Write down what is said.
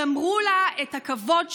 גמרו לה את הכבוד שלה,